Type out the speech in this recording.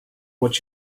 what